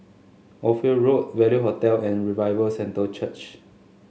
Ophir Road Value Hotel and Revival Centre Church